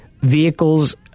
vehicles